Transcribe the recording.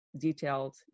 detailed